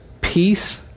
peace